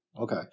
Okay